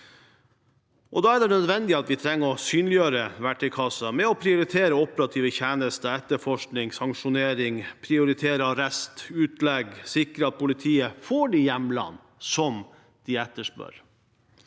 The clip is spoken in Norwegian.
Da er det nødvendig at vi synliggjør verktøykassen ved å prioritere operative tjenester, etterforskning og sanksjonering, og at vi prioriterer arrest og utlegg og sikrer at politiet får de hjemlene de etterspør.